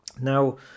Now